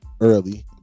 early